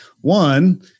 one